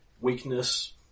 Weakness